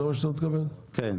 כן.